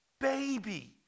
baby